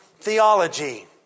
theology